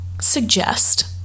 suggest